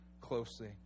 closely